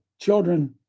children